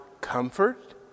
comfort